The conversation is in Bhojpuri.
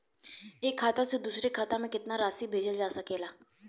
एक खाता से दूसर खाता में केतना राशि भेजल जा सके ला?